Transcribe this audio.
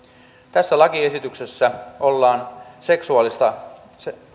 tässä lakiesityksessä ollaan seksuaalista